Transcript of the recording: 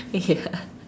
ya